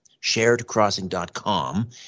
sharedcrossing.com